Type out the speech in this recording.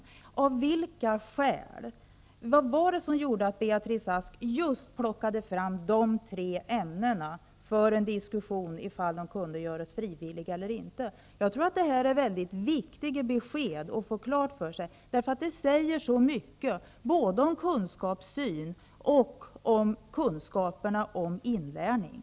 Vad var det som gjorde att Beatrice Ask just plockade fram de tre ämnena för en diskussion om de kunde göras frivilliga eller inte? Det är ett mycket viktigt besked, därför att det säger så mycket om både kunskapssyn och kunskaperna om inlärning.